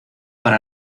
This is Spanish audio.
para